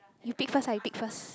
you pick first ah you pick first